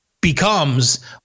becomes